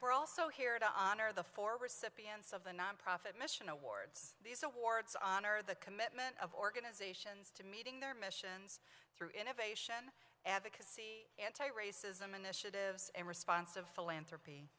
we're also here to honor the four of the nonprofit mission awards these awards honor the commitment of organizations to meeting their missions through innovation advocacy anti racism initiatives and responsive philanthropy